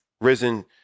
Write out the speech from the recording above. risen